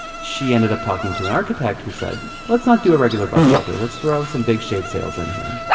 she ended up talking to an architect who said, let's not do a regular bus shelter. let's throw some big shade sails in here.